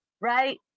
right